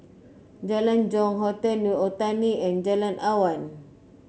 Jalan Jong Hotel New Otani and Jalan Awan